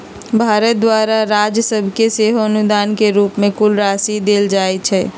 भारत द्वारा राज सभके सेहो अनुदान के रूप में कुछ राशि देल जाइ छइ